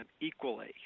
equally